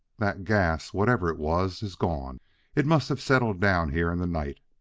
that gas whatever it was is gone it must have settled down here in the night.